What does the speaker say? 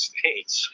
States